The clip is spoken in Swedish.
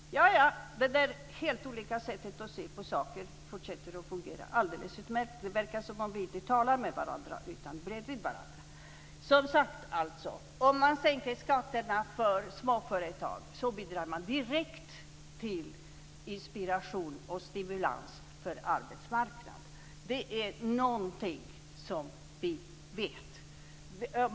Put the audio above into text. Fru talman! Ja, ja - det helt olika sättet att se på saker och ting fortsätter att fungera alldeles utmärkt. Det verkar som om vi inte talar med varandra utan bredvid varandra. Om man sänker skatterna för småföretag bidrar man direkt till inspiration och stimulans på arbetsmarknaden. Detta är någonting som vi vet.